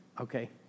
Okay